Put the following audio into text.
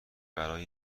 برای